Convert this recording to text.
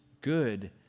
good